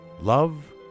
Love